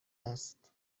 است